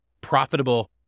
profitable